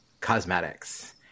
cosmetics